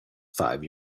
five